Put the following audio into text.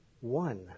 one